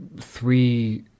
three